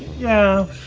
yeah.